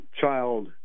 child